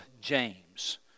James